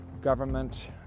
government